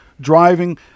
driving